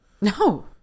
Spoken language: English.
No